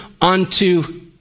unto